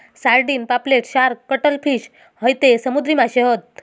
sardine, पापलेट, shark, cuttle fish हयते समुद्री माशे हत